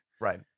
Right